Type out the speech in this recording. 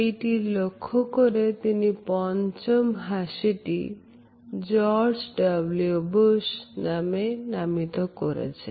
সেইটি লক্ষ্য করে তিনি পঞ্চম হাসিটি George W Bush নামে নামিত করেছেন